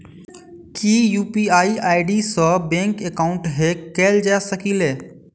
की UPI ID सऽ bank account hack कैल जा सकलिये?